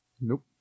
Nope